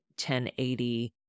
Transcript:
1080